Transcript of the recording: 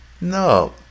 no